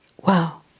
Wow